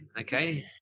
okay